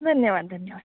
धन्यवाद धन्यवाद